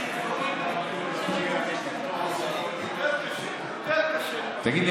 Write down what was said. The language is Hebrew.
תגיד לי,